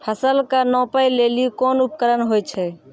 फसल कऽ नापै लेली कोन उपकरण होय छै?